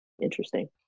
interesting